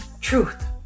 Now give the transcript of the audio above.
Truth